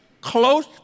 close